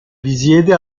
risiede